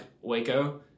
Waco